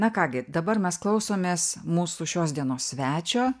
na ką gi dabar mes klausomės mūsų šios dienos svečio